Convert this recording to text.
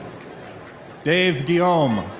dave diome.